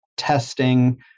testing